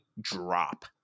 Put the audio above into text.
drop